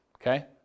Okay